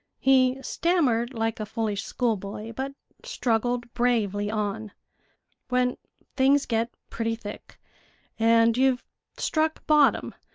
he stammered like a foolish schoolboy, but struggled bravely on when things get pretty thick and you've struck bottom,